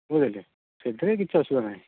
ବୁଝିଲେ ସେଥିରେ କିଛି ଅସୁବିଧା ନାହିଁ